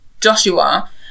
Joshua